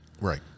Right